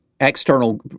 external